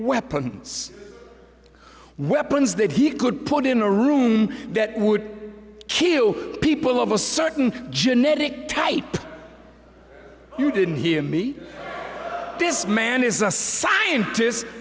weapons weapons that he could put in a room that would kill people of a certain genetic type you didn't hear me this man is a scientist